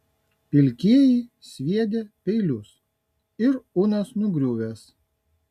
pilkieji sviedę peilius ir unas nugriuvęs